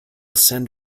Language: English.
send